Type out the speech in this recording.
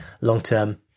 long-term